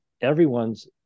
everyone's